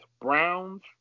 Browns